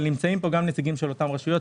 אבל נמצאים פה גם נציגים של אותן הרשויות,